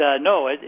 no